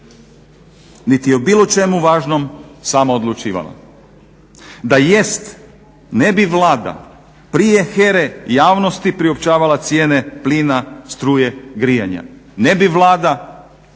niti o bilo čemu važnom sama odlučivala. Da jest ne bi Vlada prije HERA-e javnosti priopćavala cijene plina, struje, grijanja. Ne bi Vlada